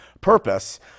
purpose